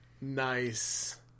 Nice